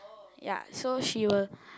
ya so she will